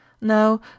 Now